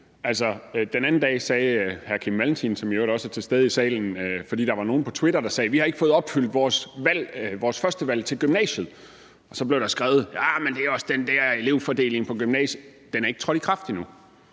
Den anden dag skrev hr. Kim Valentin, som jo i øvrigt også er til stede i salen, fordi der var nogen på Twitter, der sagde, at de ikke havde fået opfyldt deres førstevalg til gymnasiet, at det også er den der elevfordeling på gymnasierne. Men den er ikke trådt i kraft endnu,